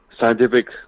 scientific